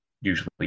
usually